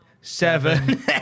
seven